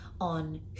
on